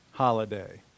holiday